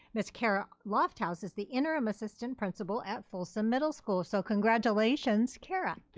ms. kara lofthouse is the interim assistant principal at folsom middle school, so congratulations kara.